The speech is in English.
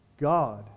God